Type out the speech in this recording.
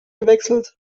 gewechselt